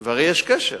אבל יש קשר